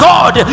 God